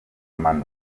manu